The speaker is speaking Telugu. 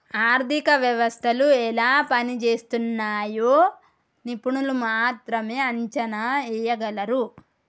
ఆర్థిక వ్యవస్థలు ఎలా పనిజేస్తున్నయ్యో నిపుణులు మాత్రమే అంచనా ఎయ్యగలరు